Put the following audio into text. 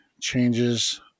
changes